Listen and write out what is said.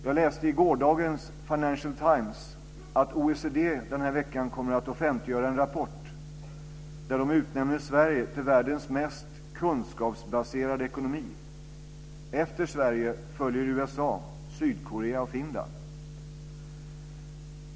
Jag läste i gårdagens Financial Times att OECD den här veckan kommer att offentliggöra en rapport där man utnämner Sverige till världens mest kunskapsbaserade ekonomi. Efter Sverige följer USA, Sydkorea och Finland.